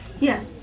Yes